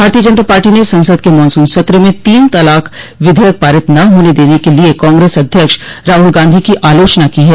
भारतीय जनता पार्टी ने संसद के मॉनसून सत्र में तीन तलाक विधेयक पारित न होने देने के लिए कांग्रेस अध्यक्ष राहल गांधी की आलोचना की है